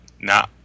Nah